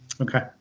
Okay